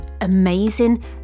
amazing